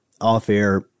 off-air